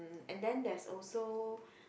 um and then there's also